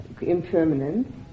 impermanent